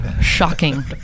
Shocking